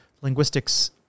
linguistics